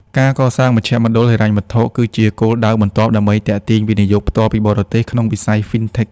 ការកសាង "មជ្ឈមណ្ឌលហិរញ្ញវត្ថុ" គឺជាគោលដៅបន្ទាប់ដើម្បីទាក់ទាញ វិនិយោគផ្ទាល់ពីបរទេស ក្នុងវិស័យ FinTech។